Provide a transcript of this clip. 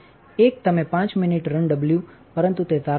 એક તમે5 minute run W પરંતુ તે તારણ નથી